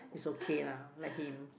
it's okay lah let him